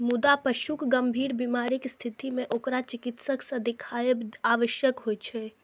मुदा पशुक गंभीर बीमारीक स्थिति मे ओकरा चिकित्सक सं देखाएब आवश्यक होइ छै